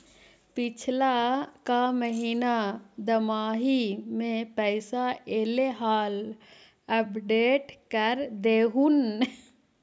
पिछला का महिना दमाहि में पैसा ऐले हाल अपडेट कर देहुन?